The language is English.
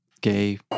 gay